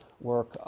work